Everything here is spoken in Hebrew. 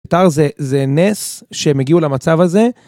תר זה נס שהם הגיעו למצב הזה.